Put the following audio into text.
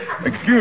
Excuse